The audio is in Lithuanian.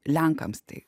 lenkams tai